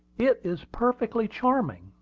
it is perfectly charming!